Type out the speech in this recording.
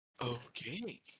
Okay